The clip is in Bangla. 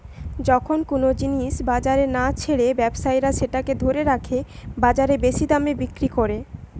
যখন কুনো জিনিস বাজারে না ছেড়ে ব্যবসায়ীরা সেটাকে ধরে রেখে বাজারে বেশি দামে বিক্রি কোরে